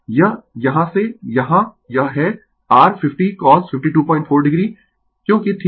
यह यहाँ से यहाँ यह है r 50cos524 o क्योंकि थीटा r 524 o होगा